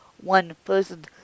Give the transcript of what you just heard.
one-person